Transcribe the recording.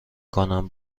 کنم